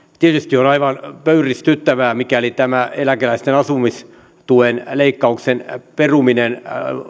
tietysti on aivan pöyristyttävää mikäli tämä eläkeläisten asumistuen leikkauksen peruminen